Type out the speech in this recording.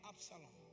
Absalom